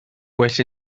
well